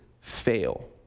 fail